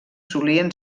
solien